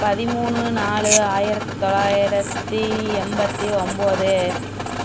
பதிமூணு நாலு ஆயிரத்தி தொள்ளாயிரத்தி எண்பத்தி ஒம்போது